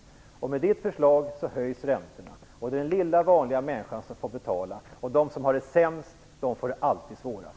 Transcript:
Med detta förslag höjs räntorna. Det är den vanliga lilla människan får betala. De som har det sämst får det alltid svårast.